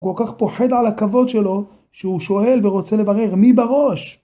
הוא כל כך פוחד על הכבוד שלו, שהוא שואל ורוצה לברר מי בראש.